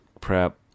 prep